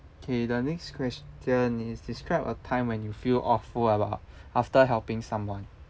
okay the next question is describe a time when you feel awful about after helping someone